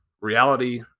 reality